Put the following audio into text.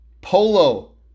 Polo